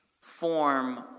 form